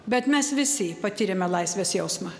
bet mes visi patiriame laisvės jausmą